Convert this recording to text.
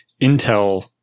Intel